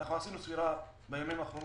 עשינו ספירה בימים האחרונים,